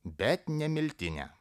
bet ne miltinę